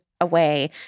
away